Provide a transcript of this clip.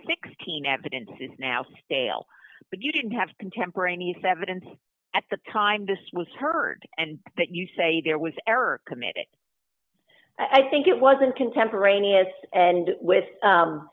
sixteen evidence is now stale but you didn't have contemporaneous evidence at the time this was heard and that you say there was error committed i think it wasn't contemporaneous and with